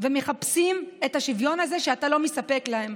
ומחפשים את השוויון הזה שאתה לא מספק להם,